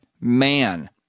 man